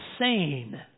insane